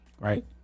right